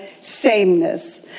sameness